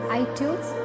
iTunes